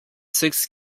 six